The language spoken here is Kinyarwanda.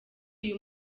uyu